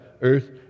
earth